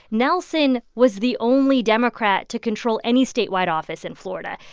nelson was the only democrat to control any statewide office in florida.